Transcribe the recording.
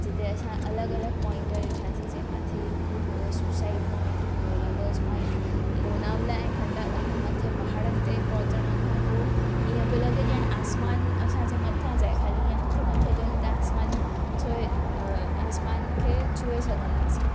जिते असां अलॻि अलॻि पॉइंट ॾिठासी जंहिंमां थी हिकु हुयो सुसाइट पॉइंट हिकु हुओ लवर्स पॉइंट लोनावला ऐं खंडाला में मथे पहाड़नि ते पहुचण खां पोइ ईअं पियो लॻे ॼण आसमान असांजे मथां जाए खाली ईअं हथु मथे कयूं था असमान छूए अ आसमान खे छूए सघंदासी